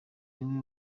niwe